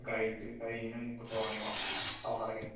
ꯒꯥꯔꯤꯁꯦ ꯒꯥꯔꯤ ꯅꯪ ꯄꯨꯊꯣꯔꯛꯑꯣꯅꯦꯀꯣ ꯊꯥꯎ ꯍꯥꯜꯂꯒꯦ